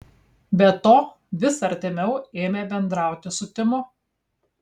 be to vis artimiau ėmė bendrauti su timu